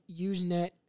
Usenet